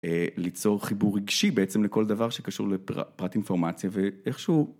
ליצור חיבור רגשי בעצם לכל דבר שקשור לפרט אינפורמציה ואיכשהו